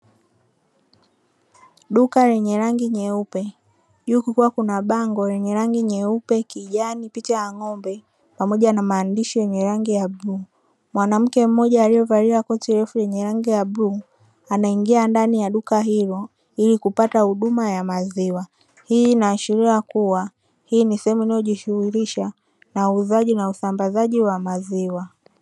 Duka lenye rangi nyeupe juu kukiwa kuna bango lenye rangi nyeupe, kijani picha ya ng'ombe pamoja na maandishi yenye rangi ya bluu. Mwanamke mmoja aliyevalia koti refu lenye rangi ya bluu anaingia ndani ya duka hilo ili kupata huduma ya maziwa. Hii inaashiria kuwa hii sehemu inayojishughulisha na uuzaji na usambazaji wa maziwa.